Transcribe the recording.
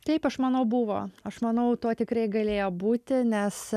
taip aš manau buvo aš manau to tikrai galėjo būti nes